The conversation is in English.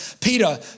Peter